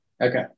Okay